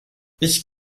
ich